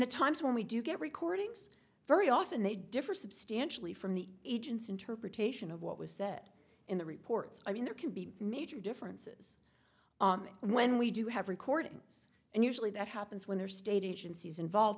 the times when we do get recordings very often they differ substantially from the agent's interpretation of what was said in the reports i mean there can be major differences when we do have recordings and usually that happens when they're state agencies involved